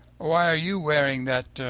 why are you wearing that